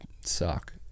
suck